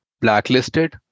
blacklisted